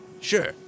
sure